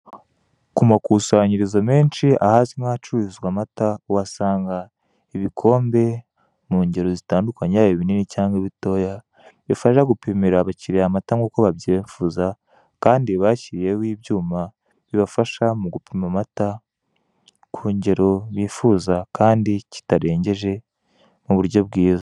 Ku makusanyirizo menshi ahazwi nk'ahacururizwa amata, uhasanga ibikombe mu ngero zitandukanye, yaba ibinini cyangwa ibitoya, bifasha gupimira abakiriya amata nkuko babyifuza kandi bashyireho ibyuma bibafasha mu gupima amata ku ngero bifuza kandi kitarengeje mu buryo bwiza .